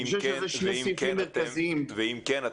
אני חושב שאלו שני סעיפים מרכזיים --- ואם כן,